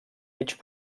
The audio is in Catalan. mig